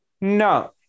No